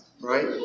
right